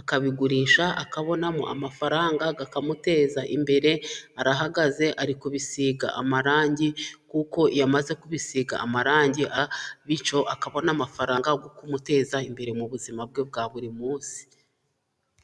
akabigurisha, akabonamo amafaranga akamuteza imbere, arahagaze ari kubisiga amarangi ,kuko yamaze kubisiga amarangi, bityo akabona amafaranga yo kumuteza imbere ,mu buzima bwe bwa buri munsi.